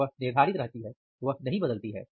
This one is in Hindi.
वह निर्धारित रहती है वह नहीं बदलती है